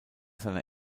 seiner